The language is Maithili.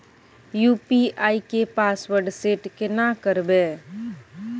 यु.पी.आई के पासवर्ड सेट केना करबे?